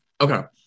Okay